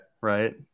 Right